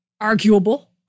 arguable